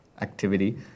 activity